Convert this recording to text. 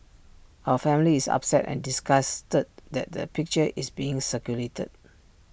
our family is upset and disgusted that the picture is being circulated